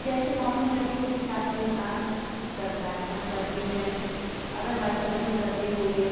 जैसे मौसम रहता है उसी हिसाब से इंसान करता है हम करते हैं अदरवाइज़ लोग भी करते होंगे